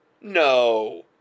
no